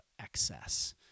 excess